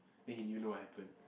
then he you know what happen